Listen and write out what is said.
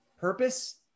purpose